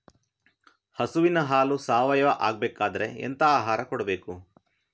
ಹಸುವಿನ ಹಾಲು ಸಾವಯಾವ ಆಗ್ಬೇಕಾದ್ರೆ ಎಂತ ಆಹಾರ ಕೊಡಬೇಕು?